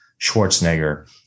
Schwarzenegger